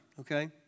okay